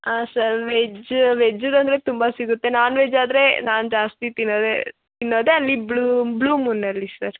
ಹಾಂ sir veg ವೆಜ್ಜಿಂದ್ರಲ್ಲೇ ತುಂಬಾ ಸಿಗುತ್ತೆ ನಾನ್ ವೆಜ್ಜಾದರೆ ನಾನು ಜಾಸ್ತಿ ತಿನ್ನದೆ ತಿನ್ನೋದೆ ಅಲ್ಲಿ ಬ್ಲೂ ಮೂನ್ನಲ್ಲಿ ಸರ್